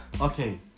Okay